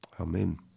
Amen